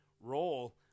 role